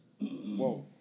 Whoa